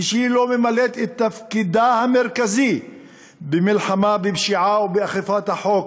כשהיא לא ממלאת את תפקידה המרכזי במלחמה בפשיעה ובאכיפת החוק,